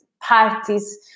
parties